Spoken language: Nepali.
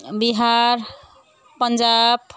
बिहार पन्जाब